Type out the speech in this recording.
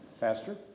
Pastor